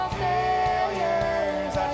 failures